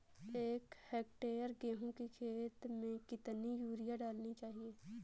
एक हेक्टेयर गेहूँ की खेत में कितनी यूरिया डालनी चाहिए?